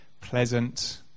pleasant